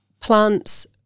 plants